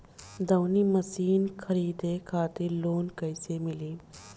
दऊनी मशीन खरीदे खातिर लोन कइसे मिली?